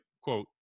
quote